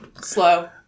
Slow